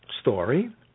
story